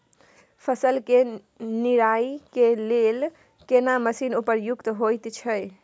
फसल के निराई के लेल केना मसीन उपयुक्त होयत छै?